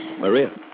Maria